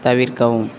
தவிர்க்கவும்